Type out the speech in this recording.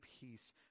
peace